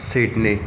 Sydney